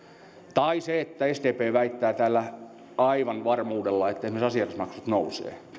tai kun sdp väittää täällä aivan varmuudella että esimerkiksi asiakasmaksut nousevat